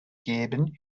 geben